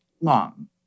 long